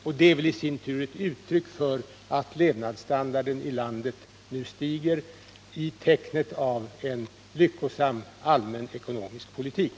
Det är väl i sin tur ett uttryck för att levnadsstandarden i landet nu stiger i tecknet av en lyckosam allmänekonomisk politik.